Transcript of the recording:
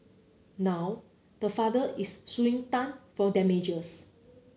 now the father is suing Tan for damages